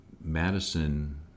Madison